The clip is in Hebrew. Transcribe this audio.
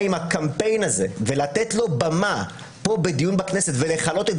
עם הקמפיין הזה ולתת לו במה פה בדיון בכנסת ולכלות את